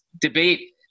debate